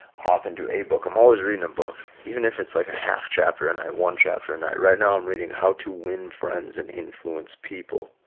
hop into a book i'm always reading a book, even if it's like a half chapter and i one chapter a night right now i'm reading how to win friends. and influence people.